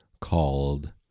called